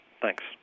Thanks